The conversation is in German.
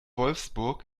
wolfsburg